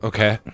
Okay